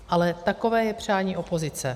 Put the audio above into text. Ale takové je přání opozice.